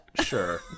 Sure